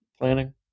planning